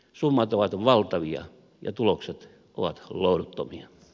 summat ovat valtavia ja tulokset ovat lohduttomia